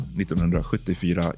1974